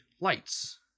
lights